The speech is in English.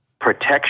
protection